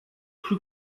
plus